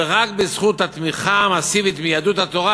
ורק בזכות התמיכה המסיבית של יהדות התורה